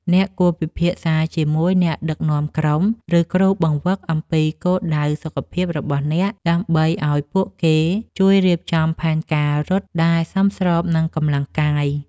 អ្នកគួរពិភាក្សាជាមួយអ្នកដឹកនាំក្រុម ឬគ្រូបង្វឹកអំពីគោលដៅសុខភាពរបស់អ្នក ដើម្បីឱ្យពួកគេជួយរៀបចំផែនការរត់ដែលសមស្របនឹងកម្លាំងកាយ។